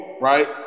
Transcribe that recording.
right